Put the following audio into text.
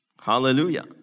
Hallelujah